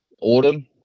Autumn